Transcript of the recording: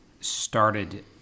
started